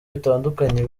bitandukanye